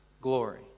glory